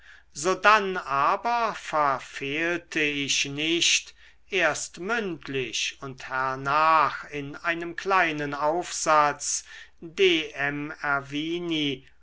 sodann aber verfehlte ich nicht erst mündlich und hernach in einem kleinen aufsatz d